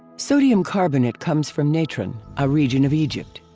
sodium carbonate comes from natron, a region of egypt.